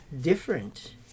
different